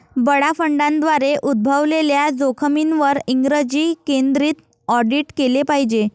बडा फंडांद्वारे उद्भवलेल्या जोखमींवर इंग्रजी केंद्रित ऑडिट केले पाहिजे